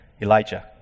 Elijah